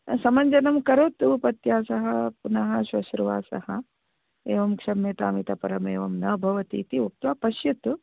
समञ्जनं करोतु पत्या सह पुनः स्वश्रुवा सह एवं क्षम्यताम् इतः परम एवं न भवति इति उक्त्वा पश्यतु